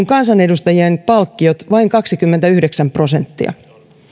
kansanedustajien palkkiot vain kaksikymmentäyhdeksän prosenttia